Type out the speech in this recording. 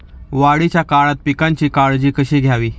वाढीच्या काळात पिकांची काळजी कशी घ्यावी?